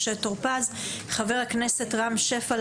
חבר הכנסת רם שפע,